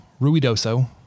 Ruidoso